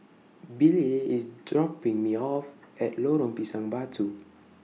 Billye IS dropping Me off At Lorong Pisang Batu